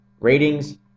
ratings